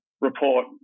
report